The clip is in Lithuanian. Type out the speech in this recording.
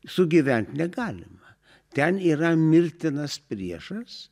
sugyvent negalima ten yra mirtinas priešas